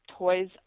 Toys